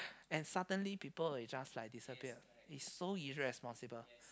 and suddenly people will just like disappear it's so irresponsible